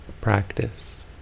practice